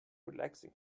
relaxing